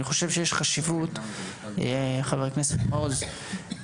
חבר הכנסת מעוז,